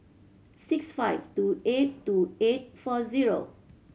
six five two eight two eight four zero